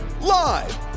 Live